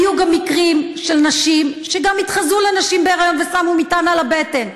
היו גם מקרים של נשים שהתחזו לנשים בהיריון ושמו מטען על הבטן.